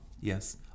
yes